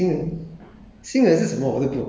天下无难事